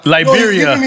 Liberia